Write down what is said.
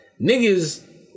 Niggas